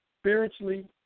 spiritually